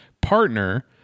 partner